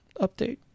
update